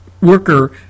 worker